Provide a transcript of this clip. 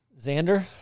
Xander